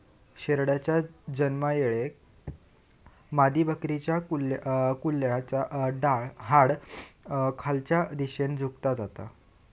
शेरडाच्या जन्मायेळेक मादीबकरीच्या कुल्याचा हाड खालच्या दिशेन झुकला जाता